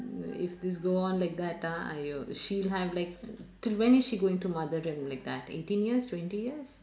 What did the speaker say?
if this go on like that ah !aiyo! if she'll have like till when is she going to mother them like that eighteen years twenty years